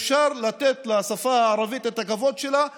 אפשר לתת לשפה הערבית את הכבוד שלה בפרלמנט,